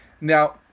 Now